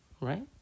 right